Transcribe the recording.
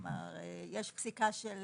יש פסיקה של